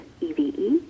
Eve